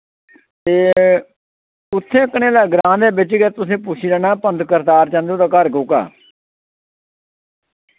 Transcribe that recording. ते उत्थै कन्येला ग्रां दे बिच गै तुसैं पुच्छी लैना पंत करतार चंद हुंदा घर कोह्का